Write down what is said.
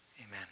Amen